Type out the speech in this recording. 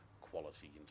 quality